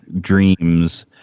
dreams